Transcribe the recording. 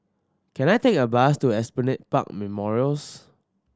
can I take a bus to Esplanade Park Memorials